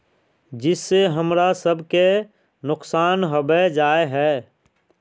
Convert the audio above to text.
जिस से हमरा सब के नुकसान होबे जाय है?